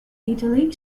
italy